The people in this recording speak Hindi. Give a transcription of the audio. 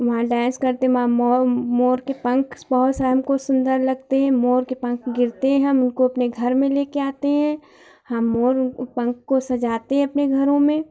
वहाँ डेंस करते हैं म मोर के पंख बड़ा शाम को सुन्दर लगते हैं मोर के पंख गिरते हैं हम उनको अपने घर में ले के आते हैं हम मोर पंख को सजाते हैं अपने घरों में